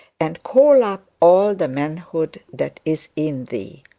and call up all the manhood that is in thee.